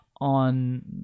On